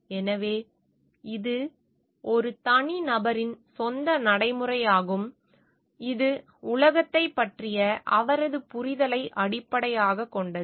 எனவே இது ஒரு நபரின் சொந்த நடைமுறையாகும் இது உலகத்தைப் பற்றிய அவரது புரிதலை அடிப்படையாகக் கொண்டது